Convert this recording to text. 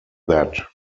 that